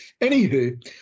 Anywho